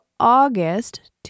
August